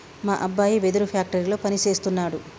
మా అబ్బాయి వెదురు ఫ్యాక్టరీలో పని సేస్తున్నాడు